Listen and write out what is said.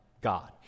God